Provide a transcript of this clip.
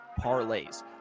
parlays